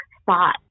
spot